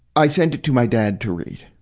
i sent it to my dad to read.